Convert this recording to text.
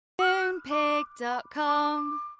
Moonpig.com